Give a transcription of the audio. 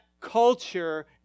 culture